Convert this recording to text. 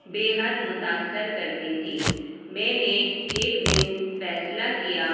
بےحد متاثر کرتی تھیں میں نے ایک دن فیصلہ کیا